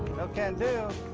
no can do?